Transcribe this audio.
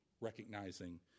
recognizing